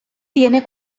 tiene